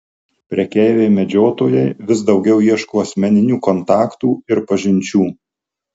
prekeiviai medžiotojai vis daugiau ieško asmeninių kontaktų ir pažinčių